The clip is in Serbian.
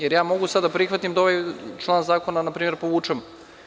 Ja mogu sada da prihvatim da ovaj član zakona, na primer, povučemo.